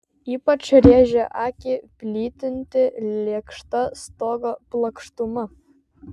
ypač rėžė akį plytinti lėkšta stogo plokštuma